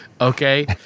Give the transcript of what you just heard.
Okay